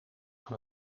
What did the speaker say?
aan